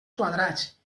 quadrats